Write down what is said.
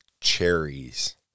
cherries